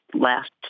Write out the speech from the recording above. last